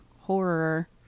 horror